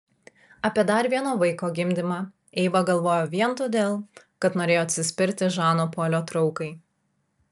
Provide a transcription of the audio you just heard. apie dar vieno vaiko gimdymą eiva galvojo vien todėl kad norėjo atsispirti žano polio traukai